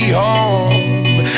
home